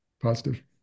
Positive